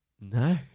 no